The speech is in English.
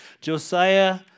Josiah